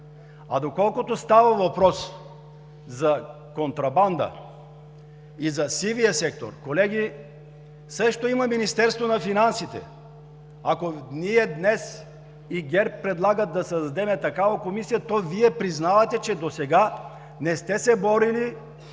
Доколкото става въпрос за контрабанда и за сивия сектор, колеги, също има Министерство на финансите. Ако ние днес и ГЕРБ предлагат да създадем такава комисия, то Вие признавате, че досега не сте се борили.